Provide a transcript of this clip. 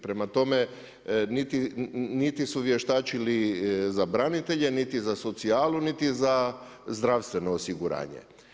Prema tome niti su vještačili za branitelje, niti za socijalu, niti za zdravstveno osiguranje.